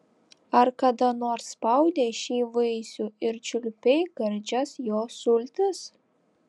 ar kada nors spaudei šį vaisių ir čiulpei gardžias jo sultis